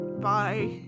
Bye